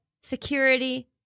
security